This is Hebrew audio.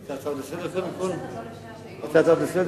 אתה רוצה קודם הצעות לסדר?